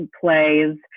plays